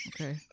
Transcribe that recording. okay